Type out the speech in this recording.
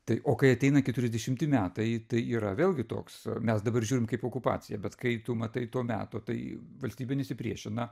tai o kai ateina keturiasdešimti metai tai yra vėlgi toks mes dabar žiūrim kaip okupacija bet kai tu matai to meto tai valstybė nesipriešina